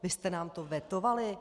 Vy jste nám to vetovali.